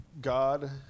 God